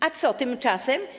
A co tymczasem?